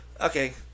Okay